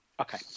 Okay